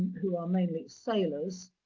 who are mainly sailors,